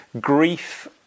grief